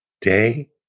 day